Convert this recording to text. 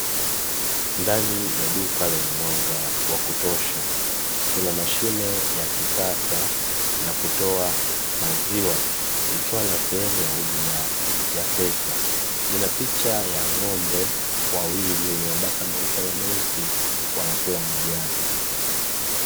Ndani ya duka lenye mwanga wa kutosha, kuna mashine ya kisasa ya kutoa maziwa, ikiwa na sehemu ya huduma ya pesa, ina picha ya ng'ombe wawili wa mabaka meusi na meupe, wanakula majani.